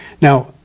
Now